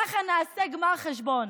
ככה נעשה גמר חשבון.